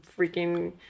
freaking